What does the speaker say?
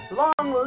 long